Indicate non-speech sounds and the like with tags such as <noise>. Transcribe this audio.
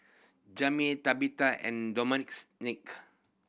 Jami Tabetha and <unintelligible> Nick